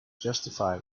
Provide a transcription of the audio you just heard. justify